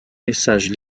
messages